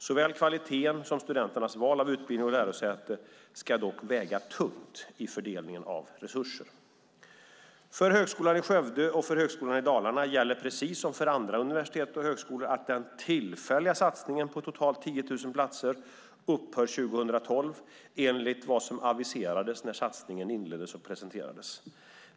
Såväl kvaliteten som studenternas val av utbildning och lärosäte ska dock väga tungt i fördelningen av resurser. För Högskolan i Skövde och för Högskolan Dalarna gäller, precis som för andra universitet och högskolor, att den tillfälliga satsningen på totalt 10 000 platser upphör 2012, enligt vad som aviserades när satsningen presenterades.